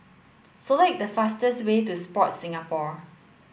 select the fastest way to Sport Singapore